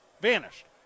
Vanished